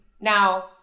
Now